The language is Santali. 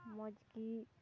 ᱢᱚᱡᱽ ᱜᱮ